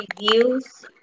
reviews